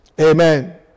Amen